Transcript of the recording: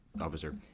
officer